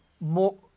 more